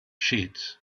sheets